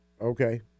Okay